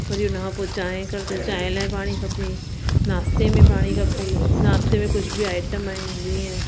वरी हुन खां पोइ चांहि कर त चांहि लाइ पाणी खपे नाश्ते में पाणी खपे नाश्ते में कुझु बि आइटम आहिनि जीअं